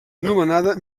nomenada